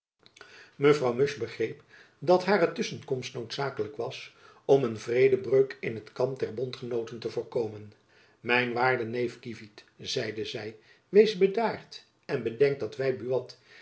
mevrouw musch begreep dat hare tusschenkomst noodzakelijk was om een vredebreuk in het kamp der bondgenooten te voorkomen mijn waarde neef kievit zeide zy wees bedaard en bedenk dat wy